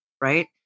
right